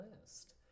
list